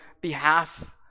behalf